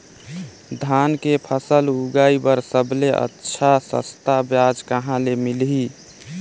धान के फसल उगाई बार सबले अच्छा सस्ता ब्याज कहा ले मिलही?